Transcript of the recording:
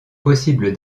possible